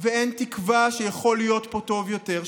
ואין תקווה שיכול להיות פה טוב יותר,